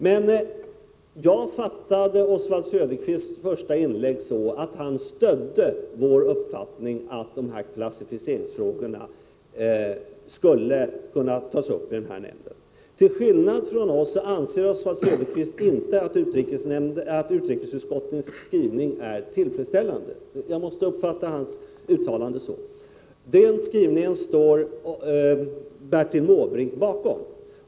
Men jag fattade Oswald Söderqvists första inlägg så att han stödde vår uppfattning att klassificeringsfrågorna skulle kunna tas upp i nämnden men att han till skillnad från oss ansåg att utrikesutskottets skrivning var otillfredsställande — jag måste uppfatta hans uttalande så. Den skrivningen står Bertil Måbrink bakom.